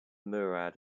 murad